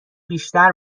بیشتر